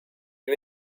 you